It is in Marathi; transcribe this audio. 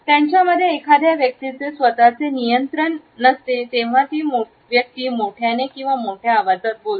त्यांच्यामध्ये एखाद्या व्यक्तीचे स्वतःचे नियंत्रण नसते तेव्हा ही व्यक्ती मोठ्याने किंवा मोठ्या आवाजात बोलते